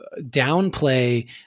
downplay